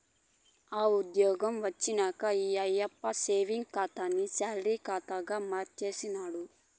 yeah ఉజ్జ్యోగం వచ్చినంక ఈ ఆయప్ప సేవింగ్స్ ఖాతాని సాలరీ కాతాగా మార్చినాడు